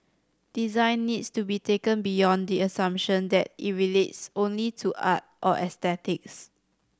design needs to be taken beyond the assumption that it relates only to art or aesthetics